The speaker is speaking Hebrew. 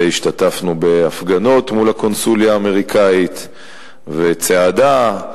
והשתתפנו בהפגנות מול הקונסוליה האמריקנית ובצעדה,